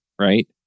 Right